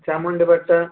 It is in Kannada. ಚಾಮುಂಡಿ ಬೆಟ್ಟ